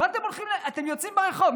אתם יוצאים לרחוב.